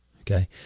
Okay